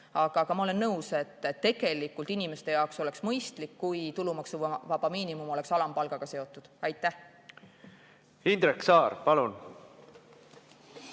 Aga ma olen nõus, et tegelikult inimeste jaoks oleks mõistlik, kui tulumaksuvaba miinimum oleks alampalgaga seotud. Aitäh! Taas